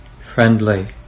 friendly